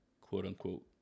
quote-unquote